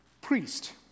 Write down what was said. priest